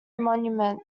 monument